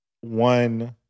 one